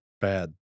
bad